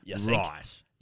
Right